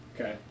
Okay